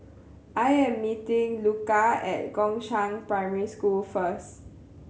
I am meeting Luka at Gongshang Primary School first